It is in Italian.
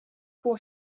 può